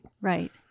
Right